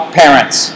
parents